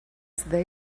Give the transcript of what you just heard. they